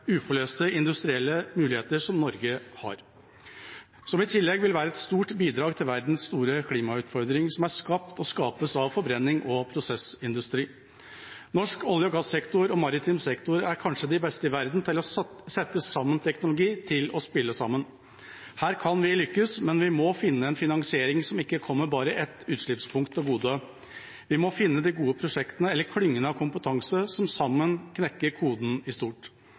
uforløste industrielle mulighetene som Norge har, som i tillegg vil være et stort bidrag med hensyn til verdens store klimautfordring, som er skapt og skapes av forbrenning og prosessindustri. Norsk olje- og gassektor og maritim sektor er kanskje de beste i verden til å sette sammen teknologi til å spille sammen. Her kan vi lykkes, men vi må finne en finansiering som ikke kommer bare ett utslippspunkt til gode. Vi må finne de gode prosjektene, eller klyngene av kompetanse, som sammen knekker koden i stort.